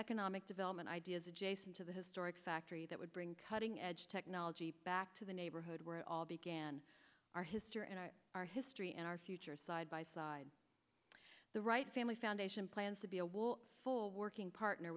economic development ideas adjacent to the historic factory that would bring cutting edge technology back to the neighborhood where it all began our history and our history and our future side by side the right family foundation plans to be a will for working partner